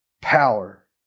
power